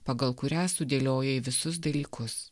pagal kurią sudėliojai visus dalykus